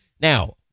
Now